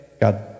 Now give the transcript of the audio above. God